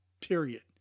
period